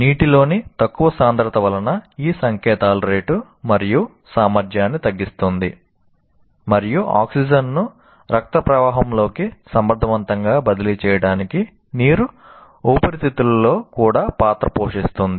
నీటిలోని తక్కువ సాంద్రత వలన ఈ సంకేతాల రేటు మరియు సామర్థ్యాన్ని తగ్గిస్తుంది మరియు ఆక్సిజన్ను రక్తప్రవాహంలోకి సమర్ధవంతంగా బదిలీ చేయడానికి నీరు ఊపిరితిత్తులలో కూడా పాత్ర పోషిస్తుంది